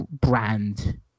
brand